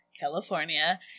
California